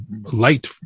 light